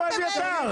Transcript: איפה אביתר?